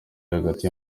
hagati